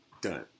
done